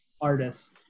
artists